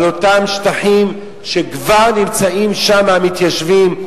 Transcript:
על אותם שטחים שכבר נמצאים שם מתיישבים.